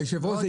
היושב-ראש,